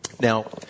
Now